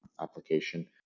application